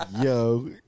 Yo